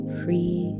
free